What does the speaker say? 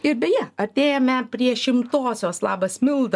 ir beje artėjame prie šimtosios labas milda